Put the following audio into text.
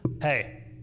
Hey